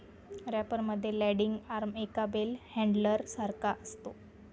wrapper मध्ये landing arm एका bale handler सारखा असतो